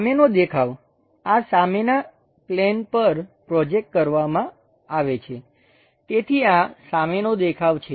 સામેનો દેખાવ આ સામેના પ્લેન પર પ્રોજેકટ કરવામાં આવે છે તેથી આ સામેનો દેખાવ છે